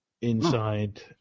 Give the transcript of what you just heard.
Inside